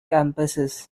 campuses